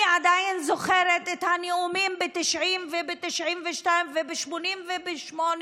אני עדיין זוכרת את הנאומים ב-1990 וב-1992 וב-1988,